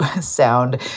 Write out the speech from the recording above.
sound